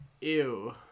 ew